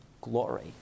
glory